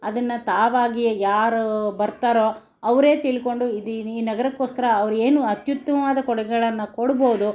ಅದನ್ನು ತಾವಾಗಿಯೇ ಯಾರು ಬರ್ತಾರೋ ಅವರೇ ತಿಳ್ಕೊಂಡು ಇದು ಈ ನಗರಕೋಸ್ಕರ ಅವರೇನು ಅತ್ಯುತ್ತಮವಾದ ಕೊಡುಗೆಗಳನ್ನ ಕೊಡ್ಬೋದು